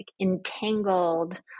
entangled